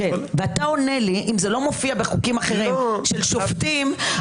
אתה עונה לי שזה לא מופיע בחוקים אחרים של שופטים,